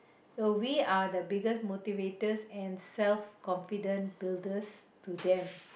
so we are the biggest motivators and self confidence builders to them